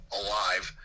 alive